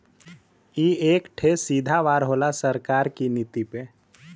ई एक ठे सीधा वार होला सरकार की नीति पे